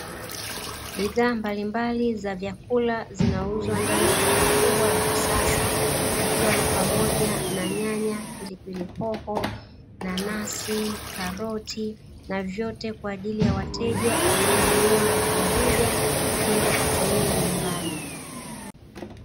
Bidhaa mbalimbali za vyakula, zinauzwa ndani ya duka kubwa la kisasa, ikiwa ni pamoja na nyanya, pilipili hoho, nanasi, karoti na vyote kwa ajili ya wateja wanaonunua rejareja kwenda kutumia nyumbani.